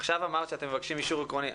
עכשיו אמרת שאתם מבקשים אישור עקרוני.